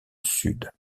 sud